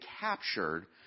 captured